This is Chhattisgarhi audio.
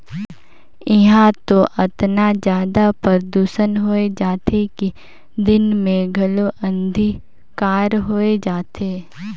इहां तो अतना जादा परदूसन होए जाथे कि दिन मे घलो अंधिकार होए जाथे